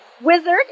wizard